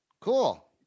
Cool